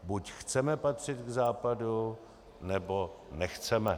Buď chceme patřit k Západu, nebo nechceme.